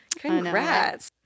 Congrats